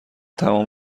تمام